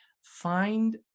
find